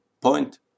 Point